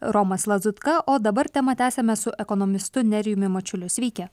romas lazutka o dabar temą tęsiame su ekonomistu nerijumi mačiuliu sveiki